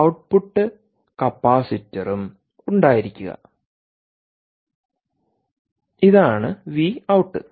output കപ്പാസിറ്ററും ഉണ്ടായിരിക്കുകഇതാണ് V out